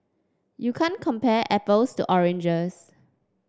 you can't compare apples to oranges